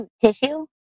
tissue